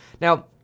Now